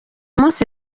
munsi